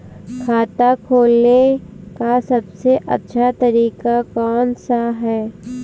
खाता खोलने का सबसे अच्छा तरीका कौन सा है?